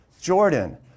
Jordan